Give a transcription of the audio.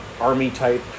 Army-type